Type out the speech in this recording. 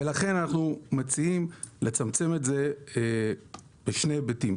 ולכן אנחנו מציעים לצמצם את זה בשני היבטים.